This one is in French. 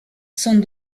sont